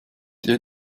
die